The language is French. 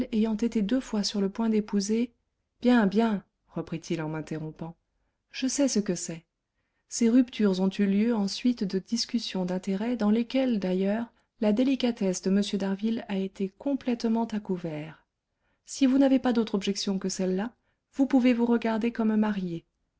ayant été deux fois sur le point d'épouser bien bien reprit-il en m'interrompant je sais ce que c'est ces ruptures ont eu lieu en suite de discussions d'intérêt dans lesquelles d'ailleurs la délicatesse de m d'harville a été complètement à couvert si vous n'avez pas d'autre objection que celle-là vous pouvez vous regarder comme mariée